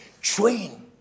train